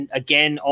again